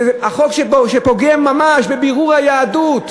זה חוק שפוגם ממש בבירור היהדות,